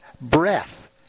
Breath